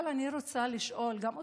אבל אני רוצה לשאול גם אותך,